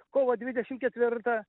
kovo dvidešimt ketvirtą